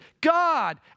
God